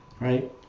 right